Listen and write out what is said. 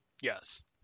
Yes